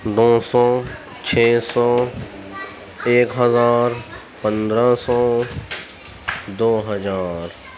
دو سو چھ سو ایک ہزار پندرہ سو دو ہزار